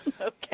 okay